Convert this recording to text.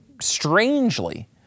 strangely